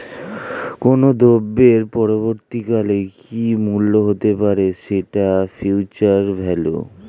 কোনো দ্রব্যের পরবর্তী কালে কি মূল্য হতে পারে, সেটা ফিউচার ভ্যালু